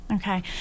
Okay